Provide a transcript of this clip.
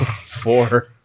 four